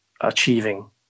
achieving